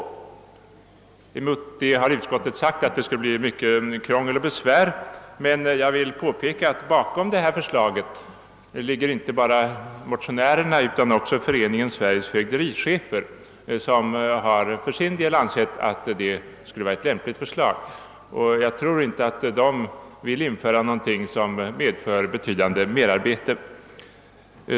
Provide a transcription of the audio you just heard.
Utskottet har ansett att det skulle medföra mycket krångel, men jag vill påpeka att bakom förslaget står inte bara motionärerna utan också Föreningen Sveriges fögderichefer, som för sin del ansett förslaget lämpligt. Jag tror inte att den föreningen skulle tillstyrka något som medför betydande merarbete.